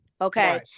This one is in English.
Okay